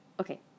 Okay